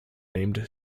named